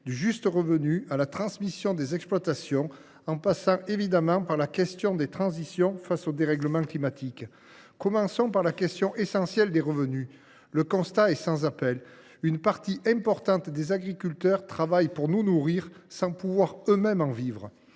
du juste revenu à la transmission des exploitations, en passant évidemment par la question des transitions face au dérèglement climatique. Commençons par la question essentielle des revenus. Le constat est sans appel : une partie importante des agriculteurs travaillent pour nous nourrir sans pouvoir eux mêmes vivre